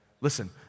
Listen